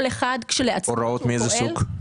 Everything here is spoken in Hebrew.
הוראות מאיזה סוג?